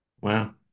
Wow